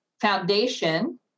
foundation